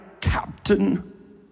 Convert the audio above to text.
captain